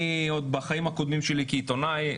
עוד בחיים הקודמים שלי כעיתונאי,